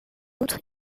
outre